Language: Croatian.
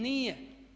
Nije.